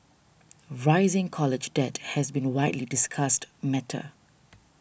rising college debt has been a widely discussed matter